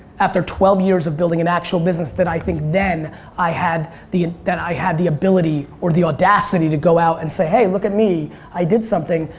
after twelve years of building an actual business that i think then i had that that i had the ability or the audacity to go out and say hey look at me i did something.